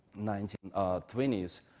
1920s